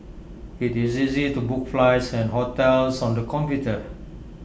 IT is easy to book flights and hotels on the computer